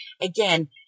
again